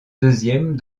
deuxième